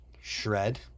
shred